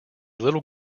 little